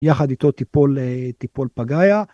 יחד איתו טיפול פגאיה.